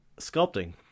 sculpting